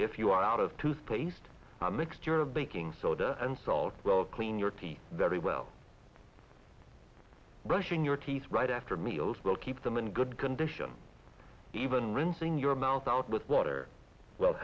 if you are out of toothpaste a mixture of baking soda and salt well clean your teeth very well brushing your teeth right after meals will keep them in good condition even rinsing your mouth out with water well